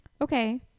Okay